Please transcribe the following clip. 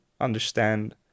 understand